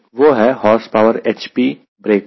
वह है horse power hp brake पर